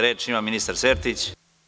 Reč ima ministar Sertić.